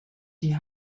die